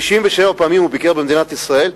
57 פעמים הוא ביקר במדינת ישראל.